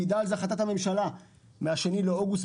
מעידה על זה החלטת הממשלה מה-2 באוגוסט,